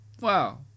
wow